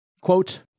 Quote